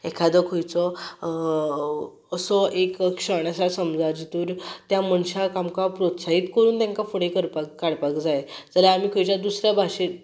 एखादो खंयचो असो एक क्षण आसा समजा जितूर त्या मनश्याक आमकां प्रोत्साहीत करून तांकां फुडें करपाक काडपाक जाय जाल्यार आमी खंयच्या दुसऱ्या भाशेन